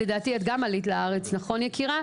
לדעתי את גם עלית לארץ, נכון, יקירה?